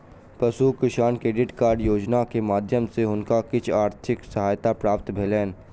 पशु किसान credit card योजना के माध्यम सॅ हुनका किछ आर्थिक सहायता प्राप्त भेलैन